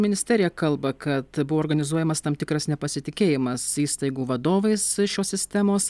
ministerija kalba kad buvo organizuojamas tam tikras nepasitikėjimas įstaigų vadovais šios sistemos